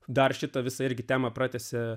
dar šita visa irgi temą pratęsia